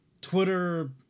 Twitter